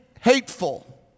hateful